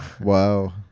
wow